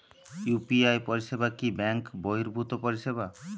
UPI পরিসেবা কি bank বর্হিভুত পরিসেবা?